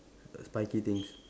spiky things